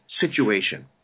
situation